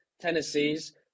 Tennessee's